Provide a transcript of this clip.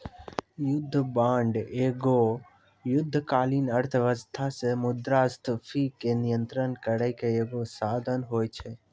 युद्ध बांड एगो युद्धकालीन अर्थव्यवस्था से मुद्रास्फीति के नियंत्रण करै के एगो साधन होय छै